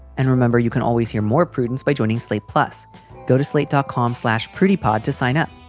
and remember, you can always hear more prudence by joining slate. plus go to slate, dot com slash pretty pod to sign up.